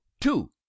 two